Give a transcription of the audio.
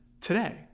today